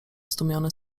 zdumiony